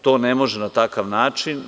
To ne može na takav način.